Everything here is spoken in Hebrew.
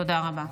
תודה רבה.